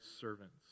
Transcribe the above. servants